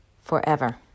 forever